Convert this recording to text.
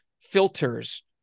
filters